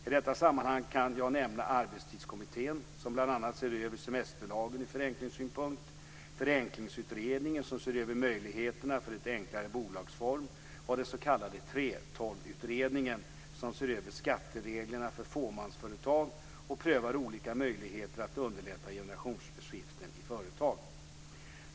I detta sammanhang kan jag nämna Arbetstidskommittén som bl.a. ser över semesterlagen ur förenklingssynpunkt, Förenklingsutredningen som ser över möjligheterna för en enklare bolagsform och den s.k. 3:12-utredningen som ser över skattereglerna för fåmansföretag och prövar olika möjligheter att underlätta generationsskiften i företag.